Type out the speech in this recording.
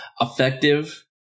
effective